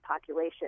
population